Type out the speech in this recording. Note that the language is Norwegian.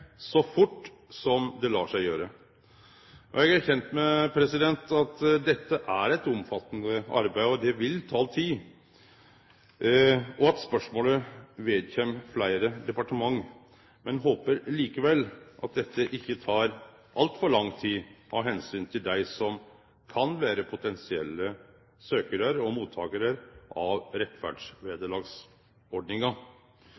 så fort det let seg gjere. Eg er kjend med at dette er eit omfattande arbeid, at det vil ta tid, og at spørsmålet vedkjem fleire departement. Men me håper likevel at dette ikkje vil ta altfor lang tid av omsyn til dei som kan vere potensielle søkjarar og mottakarar av